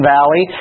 Valley